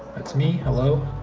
that's me, hello.